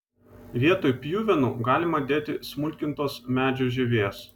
vietoj pjuvenų galima dėti smulkintos medžių žievės